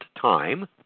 time